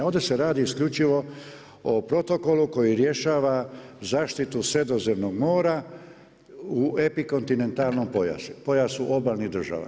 Ovdje se radi isključivo o protokolu koji rješava zaštitu Sredozemnog mora u epikontinentalnom pojasu, pojasu obalnih država.